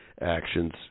actions